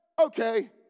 Okay